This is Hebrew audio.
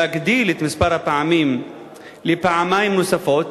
להגדיל את מספר הפעמים לפעמיים נוספות